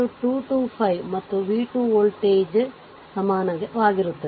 22 ಮತ್ತು v 2ವೋಲ್ಟ್ಗೆ ಸಮಾನವಾಗಿರುತ್ತದೆ